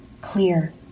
clear